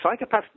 psychopaths